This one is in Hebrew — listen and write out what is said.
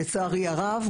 לצערי הרב,